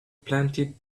planted